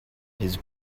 his